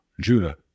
Judah